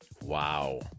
Wow